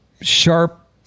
sharp